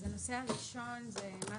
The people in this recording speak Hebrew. אז הנושא הראשון זה מה